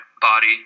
body